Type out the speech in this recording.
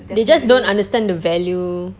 they just don't understand the value